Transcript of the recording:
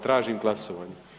Tražim glasovanje.